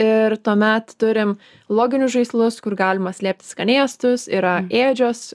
ir tuomet turim loginius žaislus kur galima slėpti skanėstus yra ėdžios